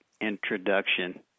introduction